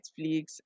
Netflix